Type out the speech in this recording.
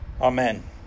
Amen